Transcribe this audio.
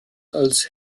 als